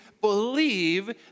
believe